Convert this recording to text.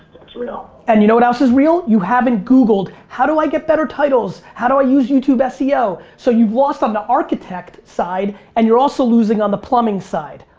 that's real. and you know what else is real? you haven't googled, how do i get better titles? how do i use youtube seo. so you've lost on the architect side and you're also losing on the plumbing side.